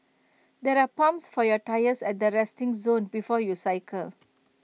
there are pumps for your tyres at the resting zone before you cycle